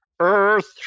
Earth